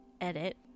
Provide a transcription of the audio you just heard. edit